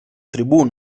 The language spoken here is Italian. tribù